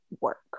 work